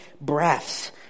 breaths